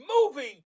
moving